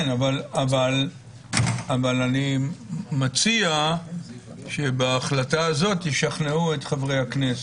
אני מציע שבהחלטה הזאת ישכנעו את חברי הכנסת.